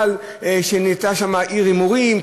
לאחר שנהייתה שם עיר הימורים,